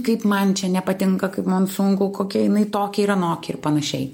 kaip man čia nepatinka kaip man sunku kokia jinai tokia ir anoki ir panašiai